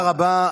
תודה רבה.